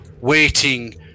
waiting